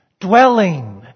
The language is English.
Dwelling